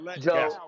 Joe